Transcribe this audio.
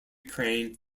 crane